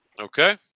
Okay